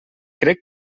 crec